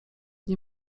nie